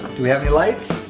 do we have any lights?